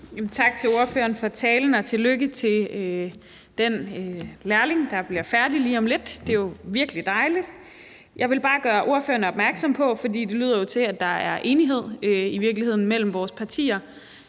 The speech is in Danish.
Tak til ordføreren for talen. Og tillykke til den lærling, der bliver færdig lige om lidt – det er jo virkelig dejligt. Jeg vil bare gøre ordføreren opmærksom på – for det lyder jo, som om der i virkeligheden er enighed mellem vores partier